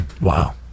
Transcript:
wow